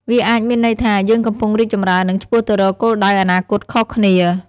វាអាចមានន័យថា យើងកំពុងរីកចម្រើន និងឆ្ពោះទៅរកគោលដៅអនាគតខុសគ្នា។